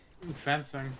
Fencing